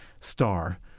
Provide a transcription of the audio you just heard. star